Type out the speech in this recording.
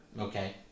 Okay